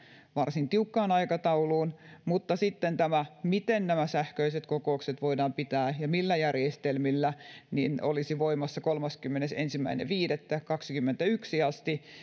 varsin tiukkaan aikatauluun mutta sitten tämä miten sähköiset kokoukset voidaan pitää ja millä järjestelmillä olisi voimassa kolmaskymmenesensimmäinen viidettä kaksituhattakaksikymmentäyksi asti